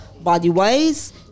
body-wise